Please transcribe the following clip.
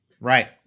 right